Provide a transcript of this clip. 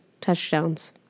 touchdowns